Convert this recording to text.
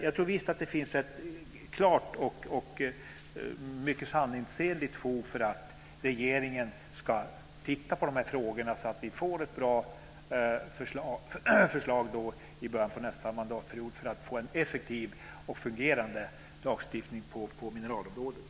Jag tror visst att det finns ett klart och mycket sanningsenligt fog för att regeringen ska titta på de här frågorna, så att vi i början på nästa mandatperiod får ett bra förslag till en effektiv och fungerande lagstiftning på mineralområdet.